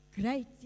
Great